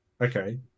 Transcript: okay